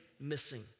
missing